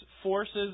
forces